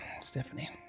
Stephanie